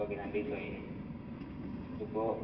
okay രണ്ട് ദിവസമായി അല്ലേ ഇതിപ്പോൾ